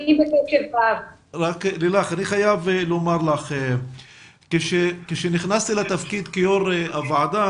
אני חייב לומר לך שכאשר נכנסתי לתפקיד יושב ראש הוועדה,